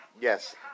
Yes